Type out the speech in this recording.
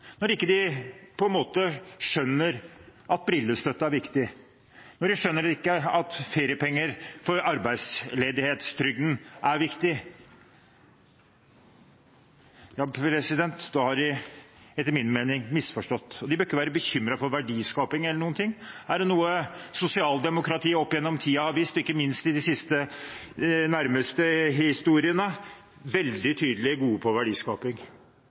når de på en måte ikke skjønner at brillestøtte er viktig, når de ikke skjønner at feriepenger på arbeidsledighetstrygden er viktig. Da har de etter min mening misforstått. De behøver ikke være bekymret for verdiskaping eller noen ting. Er det noe sosialdemokratiet oppigjennom tidene har vist, ikke minst i den nærmeste historien, er det at man veldig tydelig er god på verdiskaping.